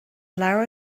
leabhar